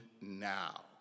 now